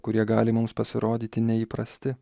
kurie gali mums pasirodyti neįprasti